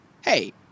Hey